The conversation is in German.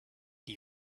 die